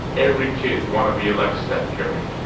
every kid want to be like steph curry.